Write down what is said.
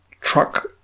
truck